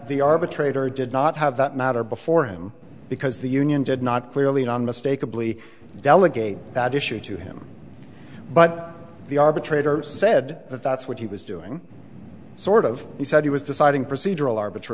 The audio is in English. the arbitrator did not have that matter before him because the union did not clearly an unmistakeable e delegate that issue to him but the arbitrator said that that's what he was doing sort of he said he was deciding procedural arbit